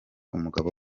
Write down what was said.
umugabo